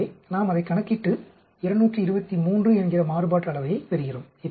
எனவே நாம் அதைக் கணக்கிட்டு 223 என்கிற மாறுபாட்டு அளவையைப் பெறுகிறோம்